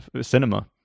cinema